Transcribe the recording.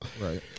Right